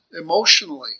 emotionally